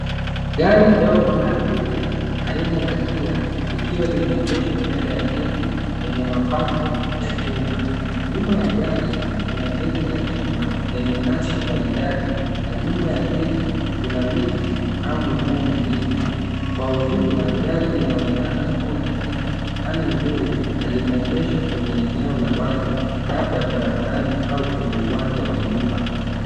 Gari dogo la abiria aina la KIA likiwa limeegeshwa mbele ya geti lenye mapambo ya chuma. Nyuma ya gari, kuna geti la chuma lenye nakshi maridadi. Na nyuma ya geti, kuna miti au mimea mingine. Kwa ujumla, gari linaonekana kuwa katika hali nzuri na limeegeshwa kwenye eneo la wazi labda barabarani au kwenye uwanja wa nyumba.